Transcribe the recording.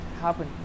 happen